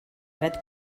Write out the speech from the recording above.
dret